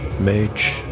mage